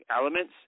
elements